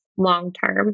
long-term